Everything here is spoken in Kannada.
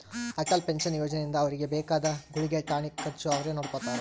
ಅಟಲ್ ಪೆನ್ಶನ್ ಯೋಜನೆ ಇಂದ ಅವ್ರಿಗೆ ಬೇಕಾದ ಗುಳ್ಗೆ ಟಾನಿಕ್ ಖರ್ಚು ಅವ್ರೆ ನೊಡ್ಕೊತಾರ